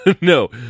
No